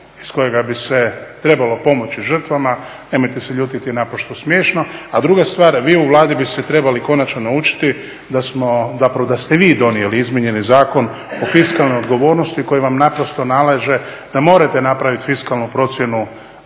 iz kojega bi se trebalo pomoći žrtvama, nemojte se ljutiti je naprosto smiješno. A druga stvar, vi u Vladi biste trebali konačno naučiti da ste vi donijeli izmijenjeni Zakon o fiskalnoj odgovornosti koji vam naprosto nalaže da morate napravit fiskalnu procjenu